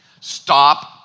stop